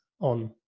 on